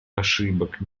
ошибок